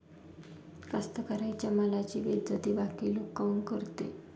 कास्तकाराइच्या मालाची बेइज्जती बाकी लोक काऊन करते?